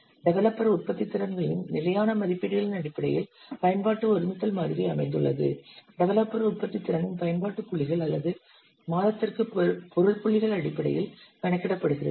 developer உற்பத்தித்திறனின் நிலையான மதிப்பீடுகள் அடிப்படையில் பயன்பாட்டு ஒருமித்தல் மாதிரி அமைந்துள்ளது டெவலப்பர் உற்பத்தித்திறனின் பயன்பாட்டு புள்ளிகள் அல்லது மாதத்திற்கு பொருள் புள்ளிகள் அடிப்படையில் கணக்கிடப்படுகிறது